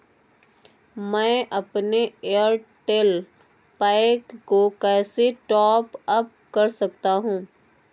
मैं अपने Airtel pack को कैसे टॉप अप कर सकता हूँ?